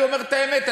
אני אומר את האמת,